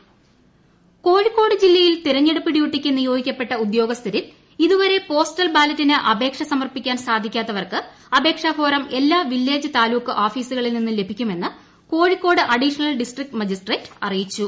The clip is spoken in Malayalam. പോസ്റ്റൽ ബാലറ്റ് കോഴിക്കോട് ജില്ലയിൽ തെരൂർണ്ഞ്ടുപ്പ് ഡ്യൂട്ടിയ്ക്ക് നിയോഗിക്കപ്പെട്ട ഉദ്യോഗ്യസ്ഫ്രിൽ ഇതുവരെ പോസ്റ്റൽ ബാലറ്റിന് അപേക്ഷ സമർപ്പിക്കാർ സ്റ്റ്സാധിക്കാത്തവർക്ക് അപേക്ഷാഫോറം എല്ലാ വില്ലേജ്താലുക്ക് ഓഫീസുകളിൽ നിന്നും ലഭിക്കുമെന്ന് കോഴിക്കോട് അഡീഷണൽ ഡിസ്ട്രിക്ട് മജിസ്ട്രേറ്റ് അറിയിച്ചു